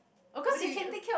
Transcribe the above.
of course he